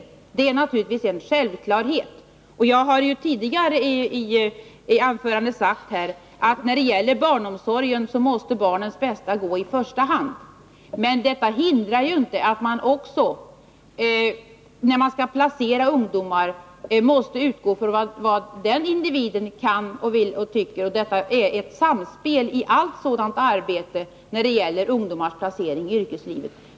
Det är en självklarhet. Jag har i ett tidigare anförande här sagt att när det gäller barnomsorgen måste barnens bästa sättas först. Detta hindrar inte att man, när man skall placera ungdomar, också måste utgå från vad varje individ kan och vill och tycker; det är ett samspel, liksom i allt sådant arbete med ungdomars placering i yrkeslivet.